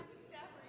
step